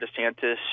DeSantis